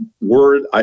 word